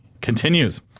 continues